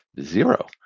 zero